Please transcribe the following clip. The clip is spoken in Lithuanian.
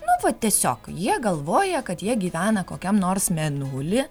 nu va tiesiog jie galvoja kad jie gyvena kokiam nors mėnuly